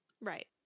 right